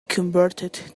converted